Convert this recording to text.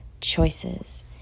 choices